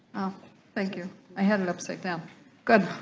thank you i hadn't upside down good